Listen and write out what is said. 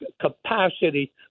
capacity